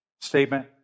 statement